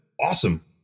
awesome